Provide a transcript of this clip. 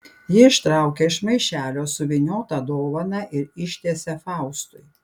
ji ištraukia iš maišelio suvyniotą dovaną ir ištiesia faustui